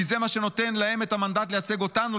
כי זה מה שנותן להם את המנדט 'לייצג' אותנו,